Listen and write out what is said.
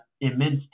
immense